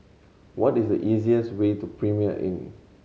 what is the easiest way to Premier Inn